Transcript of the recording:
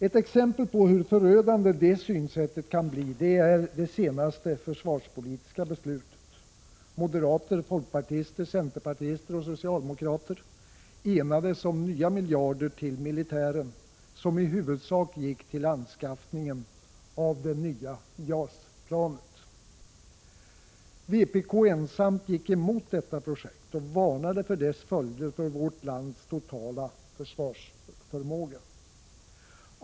Ett exempel på hur förödande detta synsätt kan bli är det senaste försvarspolitiska beslutet. Moderater, folkpartister, centerpartister och socialdemokrater enades om nya miljarder till militären, vilka i huvudsak gick till anskaffningen av det nya JAS-planet. Vpk ensamt gick emot detta projekt och varnade för dess följder för vårt lands totala försvarsförmåga.